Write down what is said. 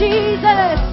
Jesus